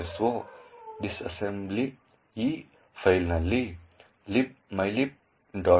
so disassemble ಈ ಫೈಲ್ನಲ್ಲಿ libmylib